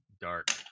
dark